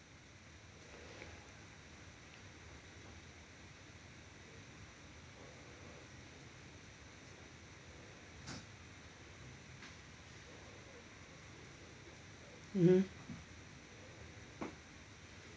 mmhmm